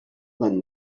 than